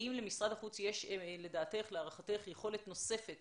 יש יכולת נוספת